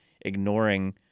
ignoring